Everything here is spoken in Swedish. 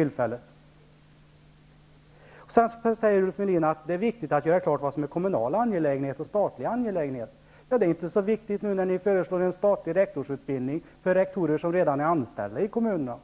Ulf Melin säger att det är viktigt att göra klart vad som är kommunala resp. statliga angelägenheter. Det är inte så viktigt när ni nu föreslår en statlig rektorsutbildning för rektorer som redan är anställda av kommunerna.